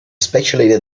speculated